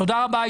תודה רבה,